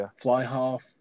fly-half